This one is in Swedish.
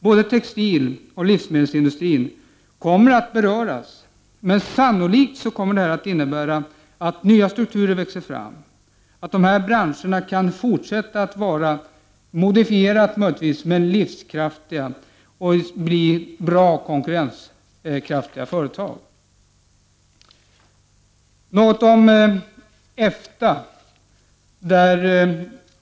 Både textiloch livsmedelsindustrin kommer att beröras, men sannolikt kommer detta att innebära att nya strukturer växer fram, att branscherna kan fortsätta att vara livskraftiga — möjligtvis i modifierad form — och konkurrenskraftiga. Sedan något om EFTA.